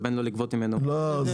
לבין לא לגבות ממנו מע"מ --- לא נכון.